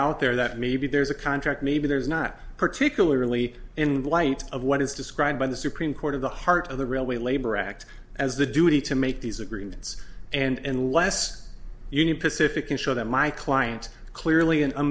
out there that maybe there's a contract maybe there's not particularly in the light of what is described by the supreme court of the heart of the railway labor act as the duty to make these agreements and less union pacific ensure that my client clearly an